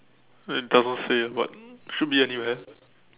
it doesn't say but should be anywhere